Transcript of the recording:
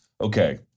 Okay